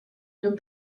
llum